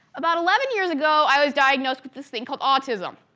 about eleven years ago i was diagnosed with this thing called autism.